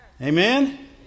Amen